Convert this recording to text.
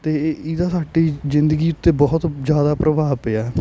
ਅਤੇ ਇਹਦਾ ਸਾਡੀ ਜ਼ਿੰਦਗੀ ਉੱਤੇ ਬਹੁਤ ਜ਼ਿਆਦਾ ਪ੍ਰਭਾਵ ਪਿਆ